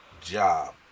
job